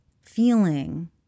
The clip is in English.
feeling